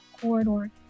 corridor